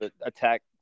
attack